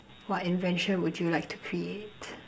what invention would you like to create